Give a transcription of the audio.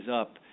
up